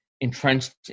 entrenched